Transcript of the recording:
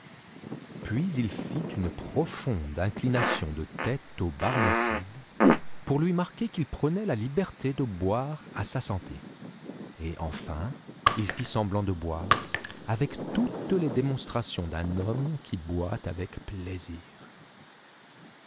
puis il fit une profonde inclination de tête au barmécide pour lui marquer qu'il prenait la liberté de boire à sa santé et enfin il fit semblant de boire avec toutes les démonstrations d'un homme qui boit avec plaisir